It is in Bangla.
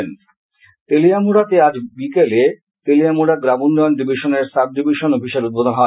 উপমুখ্যমন্ত্রী তেলিয়ামুড়াতে আজ বিকেলে তেলিয়ামুড়া গ্রামোন্নয়ন ডিভিশনের সাব ডিভিশন অফিসের উদ্বোধন হয়